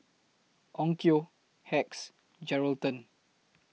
Onkyo Hacks Geraldton